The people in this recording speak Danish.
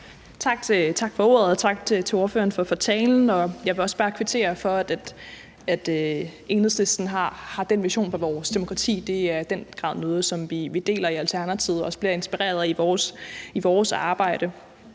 Tak for ordet. Og tak til ordføreren for talen. Jeg vil også bare kvittere for, at Enhedslisten har den vision for vores demokrati. Det er i den grad noget, som vi deler i Alternativet og også bliver inspireret af i vores arbejde.